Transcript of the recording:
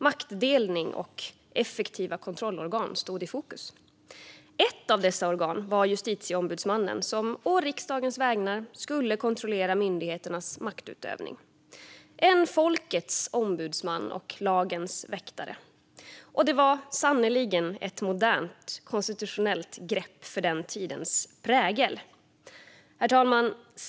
Maktdelning och effektiva kontrollorgan stod i fokus. Ett av dessa organ var Justitieombudsmannen som å riksdagens vägnar skulle kontrollera myndigheternas maktutövning - en folkets ombudsman och lagens väktare. Och det var sannerligen ett modernt konstitutionellt grepp för den tidens prägel. Herr talman!